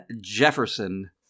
Jefferson